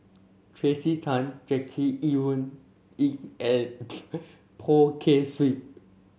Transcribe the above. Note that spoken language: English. Tracey Tan Jackie Yi Ru Ying and Poh Kay Swee